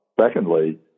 Secondly